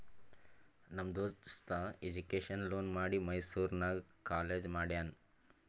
ನಮ್ ದೋಸ್ತ education loan ಮಾಡಿ ಮೈಸೂರು ನಾಗ್ ಕಾಲೇಜ್ ಮಾಡ್ಯಾನ್